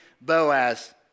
Boaz